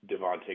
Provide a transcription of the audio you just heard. Devontae